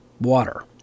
water